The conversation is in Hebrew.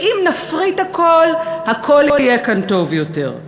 שאם נפריט הכול, הכול יהיה כאן טוב יותר,